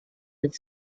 with